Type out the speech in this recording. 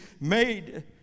made